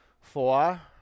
Four